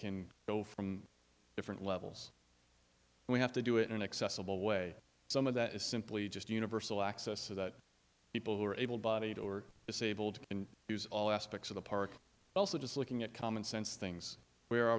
can go from different levels and we have to do it in an accessible way some of that is simply just universal access so that people who are able bodied or disabled and use all aspects of the park also just looking at commonsense things where